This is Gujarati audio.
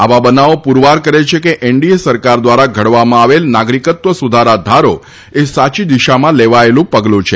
આવા બનાવો પુરવાર કરે છે કે એનડીએ સરકાર દ્વારા ઘડવામાં આવેલ નાગરિકત્વ સુધારા ધારો એ સાચી દિશામાં લેવાયેલું પગલું છે